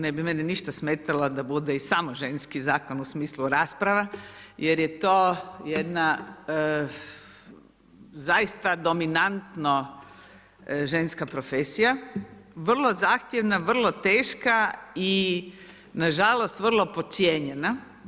Ne bi meni ništa smetalo da bude i samo ženski zakon u smislu rasprava jer je to jedna zaista dominantno ženska profesija, vrlo zahtjevna, vrlo teška i nažalost vrlo podcijenjena.